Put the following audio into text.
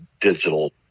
digital